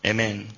Amen